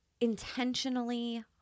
intentionally